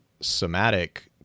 somatic